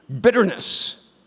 bitterness